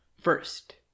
First